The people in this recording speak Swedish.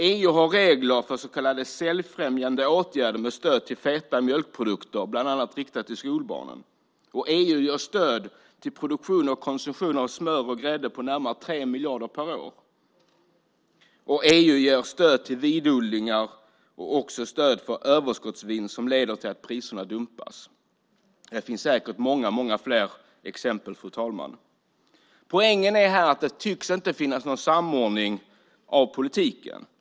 EU har regler för så kallade säljfrämjande åtgärder med stöd till feta mjölkprodukter bland annat riktat till skolbarnen. EU ger stöd till produktion och konsumtion av smör och grädde på närmare 3 miljarder per år. EU ger stöd till vinodlingar och också stöd för överskottsvinst, som leder till att priserna dumpas. Det finns säkert många fler exempel, fru talman. Poängen här är att det inte tycks finnas någon samordning av politiken.